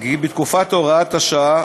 כי בתקופת הוראת השעה,